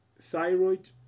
thyroid